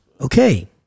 Okay